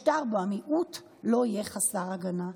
משטר אשר בה המיעוט לא יהיה חסר הגנה.